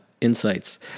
insights